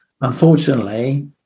unfortunately